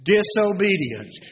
Disobedience